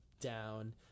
down